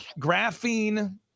graphene